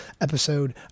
episode